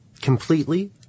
completely